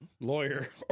lawyer